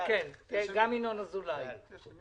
כן, תרשמי